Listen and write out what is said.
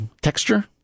Texture